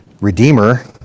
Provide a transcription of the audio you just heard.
Redeemer